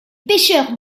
pêcheurs